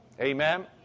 Amen